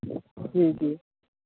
जी जी